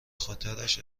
خاطرش